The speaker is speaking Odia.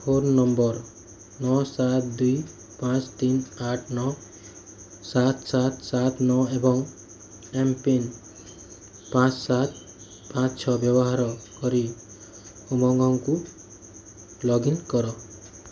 ଫୋନ୍ ନମ୍ବର୍ ନଅ ସାତ ଦୁଇ ପାଞ୍ଚ ତିନ ଆଠ ନଅ ସାତ ସାତ ସାତ ନଅ ଏବଂ ଏମ୍ ପିନ୍ ପାଞ୍ଚ ସାତ ପାଞ୍ଚ ଛଅ ବ୍ୟବହାର କରି ଉମଙ୍ଗକୁ ଲଗ୍ଇନ୍ କର